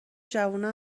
جوونا